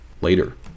Later